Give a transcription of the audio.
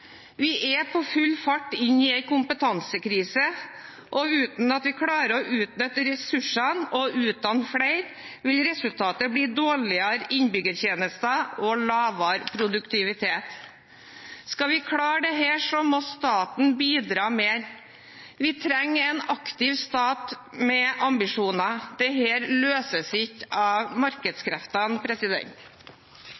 Vi er på full fart inn i en kompetansekrise, og uten at vi klarer å utnytte ressursene og utdanne flere, vil resultatet bli dårligere innbyggertjenester og lavere produktivitet. Skal vi klare dette, må staten bidra mer. Vi trenger en aktiv stat med ambisjoner. Dette løses ikke av